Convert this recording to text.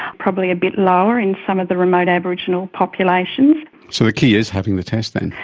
probably a bit lower in some of the remote aboriginal populations. so the key is having the test then?